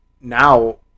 now